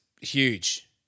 huge